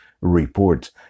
report